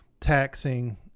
taxing